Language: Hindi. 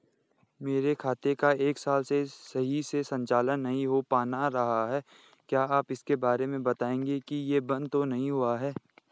मेरे खाते का एक साल से सही से संचालन नहीं हो पाना रहा है क्या आप इसके बारे में बताएँगे कि ये बन्द तो नहीं हुआ है?